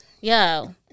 Yo